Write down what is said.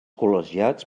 col·legiats